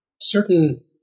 certain